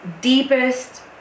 deepest